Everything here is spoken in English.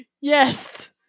Yes